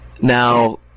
Now